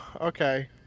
okay